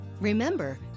Remember